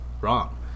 Wrong